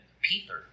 Peter